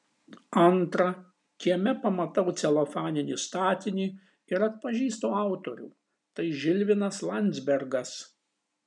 antra kieme pamatau celofaninį statinį ir atpažįstu autorių tai žilvinas landzbergas